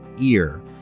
ear